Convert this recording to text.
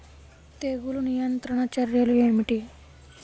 తెగులు నియంత్రణ చర్యలు ఏమిటి?